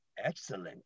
Excellent